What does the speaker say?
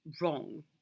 wrong